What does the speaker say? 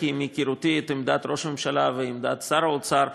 כי מהיכרותי את עמדת ראש הממשלה ואת עמדת שר האוצר,